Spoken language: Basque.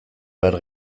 behar